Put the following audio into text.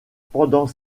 pendant